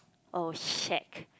oh shag